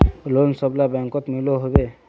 Loan सबला बैंकोत मिलोहो होबे?